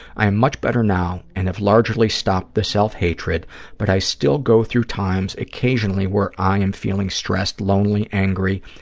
i am much better now and have largely stopped the self-hatred, but i still go through times occasionally where i am feeling stressed, lonely, angry,